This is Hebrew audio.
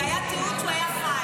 היה תיעוד שהוא היה חי.